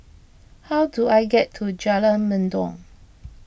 how do I get to Jalan Mendong